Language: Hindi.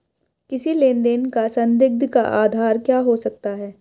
किसी लेन देन का संदिग्ध का आधार क्या हो सकता है?